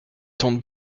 tendent